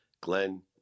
Glenn